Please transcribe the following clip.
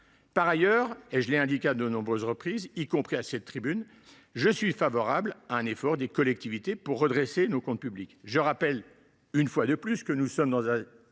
Par ailleurs, comme je l’ai déjà indiqué à de nombreuses reprises, y compris à cette tribune, je suis favorable à un effort des collectivités locales pour redresser nos comptes publics. Je rappelle que nous sommes dans une